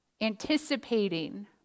anticipating